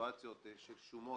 בסיטואציות של שומות,